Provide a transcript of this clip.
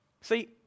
See